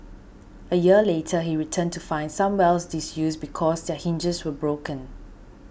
a year later he returned to find some wells disused because their hinges were broken